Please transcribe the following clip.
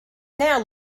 now